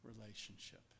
relationship